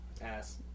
Ass